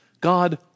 God